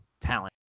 talent